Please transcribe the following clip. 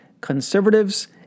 conservatives